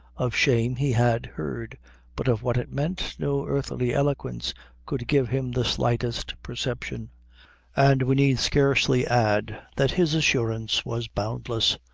of shame he had heard but of what it meant, no earthly eloquence could give him the slightest perception and we need scarcely add, that his assurance was boundless,